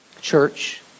church